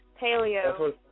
Paleo